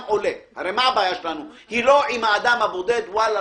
הבעיה שלנו לא עם האדם הבודד.